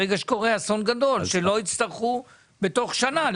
ברגע שקורה אסון גדול, שלא יצטרכו לבנות בתוך שנה.